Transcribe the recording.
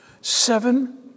Seven